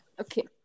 Okay